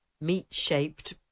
meat-shaped